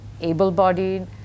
able-bodied